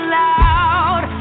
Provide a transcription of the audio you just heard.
loud